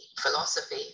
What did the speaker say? philosophy